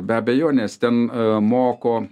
be abejonės ten moko